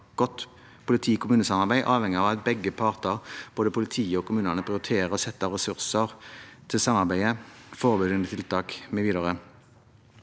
godt politikommune-samarbeid avhenger av at begge parter, både politiet og kommunene, prioriterer og setter av ressurser til samarbeidet, forebyggende tiltak mv.»